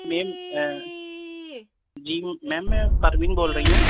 میم ji ma'am میں پروین بول رہی ہوں